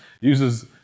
uses